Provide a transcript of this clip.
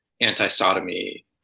anti-sodomy